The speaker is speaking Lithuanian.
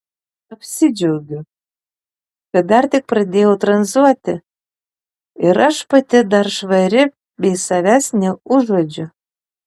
apsidžiaugiu kad dar tik pradėjau tranzuoti ir aš pati dar švari bei savęs neužuodžiu